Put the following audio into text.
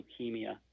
leukemia